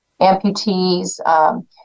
amputees